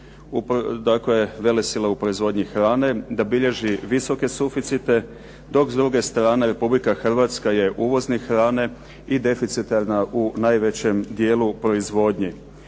dakle velesila u proizvodnji hrane, da bilježi visoke suficite, dok s druge strane Republika Hrvatska je uvoznik hrane i deficitarna u najvećem dijelu proizvodnje.